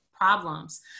problems